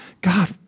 God